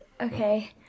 okay